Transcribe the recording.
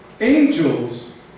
angels